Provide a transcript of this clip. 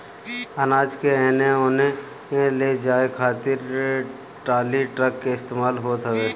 अनाज के एने ओने ले जाए खातिर टाली, ट्रक के इस्तेमाल होत हवे